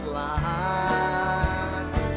lights